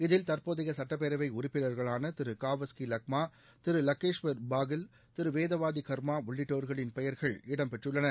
இதில் தற்போதைய சுட்டப்பேரவை உறுப்பினர்களான திரு காவஸ்கி லக்மா திரு லக்கேஸ்வர் பாகெல் திரு வேதவாதி கர்மா உள்ளிட்டோர்களின் பெயர்கள் இடம் பெற்றுள்ளன